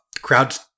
crowds